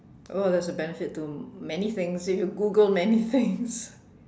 well there's a benefit to many things if you Google many things